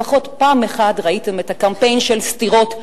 לפחות פעם אחת ראה את הקמפיין של סטירות,